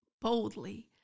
boldly